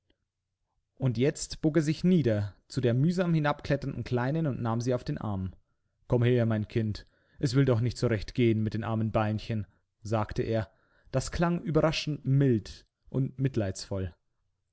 und jetzt bog er sich nieder zu der mühsam hinabkletternden kleinen und nahm sie auf den arm komm her mein kind es will doch nicht so recht gehen mit den armen beinchen sagte er das klang überraschend mild und mitleidsvoll